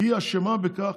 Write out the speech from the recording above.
היא אשמה בכך,